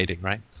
right